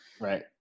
Right